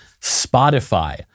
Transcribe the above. Spotify